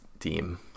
team